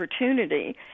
opportunity